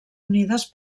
unides